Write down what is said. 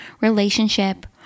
relationship